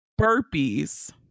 Burpees